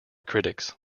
critics